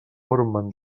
informen